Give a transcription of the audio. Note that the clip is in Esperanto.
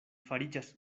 fariĝas